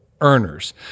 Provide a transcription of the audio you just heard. Earners